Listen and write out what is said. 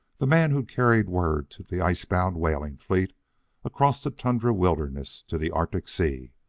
the man who carried word to the ice-bound whaling fleet across the tundra wilderness to the arctic sea,